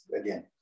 again